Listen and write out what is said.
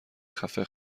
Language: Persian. خفه